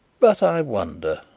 but i wonder?